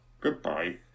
goodbye